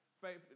Faith